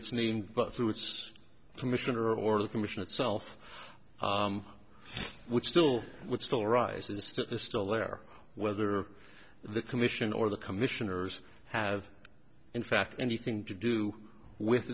it's named but through its commissioner or the commission itself which still would still arise in the state is still there whether the commission or the commissioners have in fact anything to do with